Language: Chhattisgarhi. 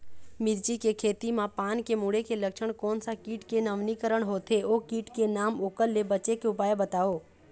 मिर्ची के खेती मा पान के मुड़े के लक्षण कोन सा कीट के नवीनीकरण होथे ओ कीट के नाम ओकर ले बचे के उपाय बताओ?